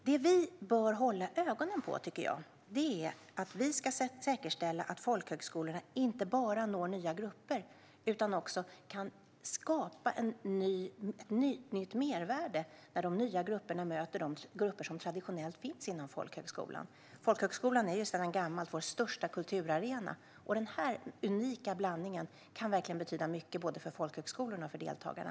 Det som jag tycker att vi bör hålla ögonen på och säkerställa är att folkhögskolorna inte bara når nya grupper utan att de också kan skapa ett nytt mervärde när de nya grupperna möter de grupper som traditionellt finns inom folkhögskolan. Folkhögskolan är sedan gammalt vår största kulturarena. Denna unika blandning kan verkligen betyda mycket, både för folkhögskolorna och för deltagarna.